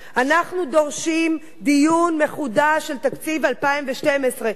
אנחנו דורשים דיון מחודש בתקציב 2012. תודה.